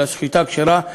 של השחיטה הכשרה,